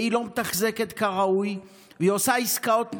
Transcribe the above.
והיא לא מתחזקת כראוי, והיא עושה עסקאות נדל"ן,